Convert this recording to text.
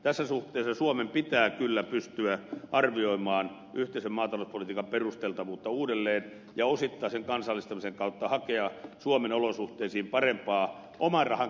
tässä suhteessa suomen pitää kyllä pystyä arvioimaan yhteisen maatalouspolitiikan perusteltavuutta uudelleen ja osittaisen kansallistamisen kautta hakea suomen olosuhteisiin parempaa oman rahan käyttöä